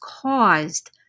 caused